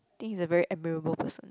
think he's a very admirable person